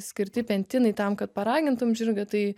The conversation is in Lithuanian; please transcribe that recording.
skirti pentinai tam kad paragintum žirgą tai